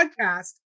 podcast